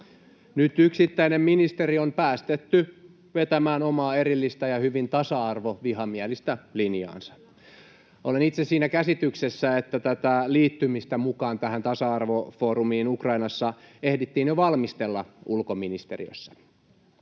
Nyt yksittäinen ministeri on päästetty vetämään omaa erillistä ja hyvin tasa-arvovihamielistä linjaansa. Olen itse siinä käsityksessä, että tätä liittymistä mukaan tähän tasa-arvofoorumiin Ukrainassa ehdittiin jo valmistella ulkoministeriössä.